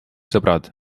sõbrad